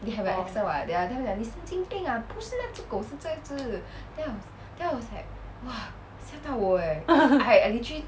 oh